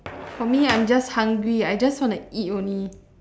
for me I'm just hungry I just want to eat only